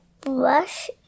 brush